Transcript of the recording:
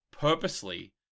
purposely